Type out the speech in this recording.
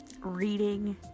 reading